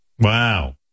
Wow